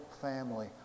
family